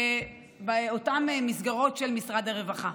באותן מסגרות של משרד הרווחה.